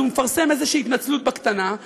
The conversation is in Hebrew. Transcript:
אז הוא מפרסם איזושהי התנצלות בקטנה,